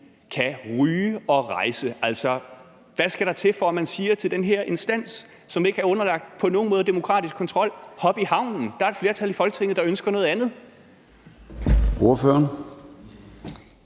kan ryge og rejse? Hvad skal der til, for at man siger til den her instans, som ikke på nogen måde er underlagt demokratisk kontrol: Hop i havnen, der er et flertal i Folketinget, der ønsker noget andet?